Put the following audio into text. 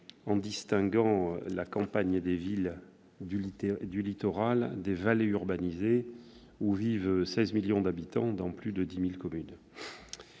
en distinguant la campagne des villes, du littoral et des vallées urbanisées, où vivent 16 millions d'habitants dans plus de 10 000 communes.